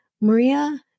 Maria